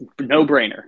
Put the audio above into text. no-brainer